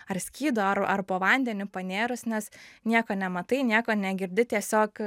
ar skydu ar ar po vandeniu panėrus nes nieko nematai nieko negirdi tiesiog